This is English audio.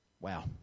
wow